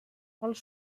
els